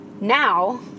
now